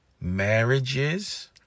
marriages